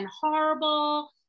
horrible